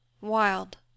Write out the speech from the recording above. wild